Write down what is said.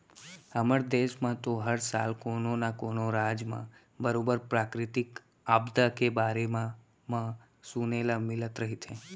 हमर देस म तो हर साल कोनो न कोनो राज म बरोबर प्राकृतिक आपदा के बारे म म सुने ल मिलत रहिथे